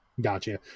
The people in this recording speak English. Gotcha